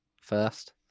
first